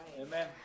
Amen